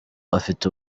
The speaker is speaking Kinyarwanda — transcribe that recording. afite